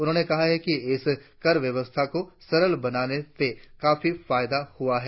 उन्होंने कहा कि इस कर व्यवस्था को सरल बनाने से काफी फायदा हुआ है